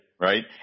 right